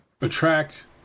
Attract